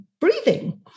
breathing